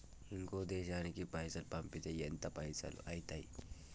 ఇంకో దేశానికి పైసల్ పంపితే ఎంత పైసలు అయితయి?